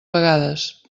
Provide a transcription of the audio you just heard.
vegades